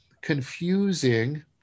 confusing